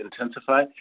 intensify